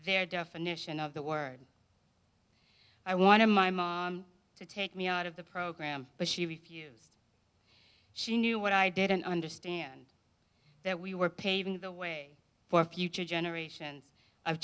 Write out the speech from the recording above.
their definition of the word i wanted my mom to take me out of the program but she refused she knew what i didn't understand that we were paving the way for future generations of